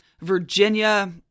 Virginia